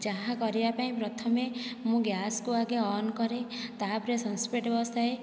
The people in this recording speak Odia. ଚାହା କରିବା ପାଇଁ ପ୍ରଥମେ ମୁଁ ଗ୍ୟାସ୍କୁ ଆଗେ ଅନ୍ କରେ ତାହାପରେ ସସ୍ପେନ୍ ବସାଏ